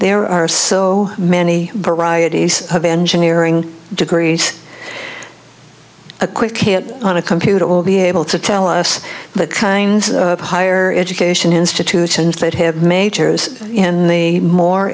there are so many varieties of engineering degrees a quick hit on a computer will be able to tell us the kinds of higher education institutions that have majors in the more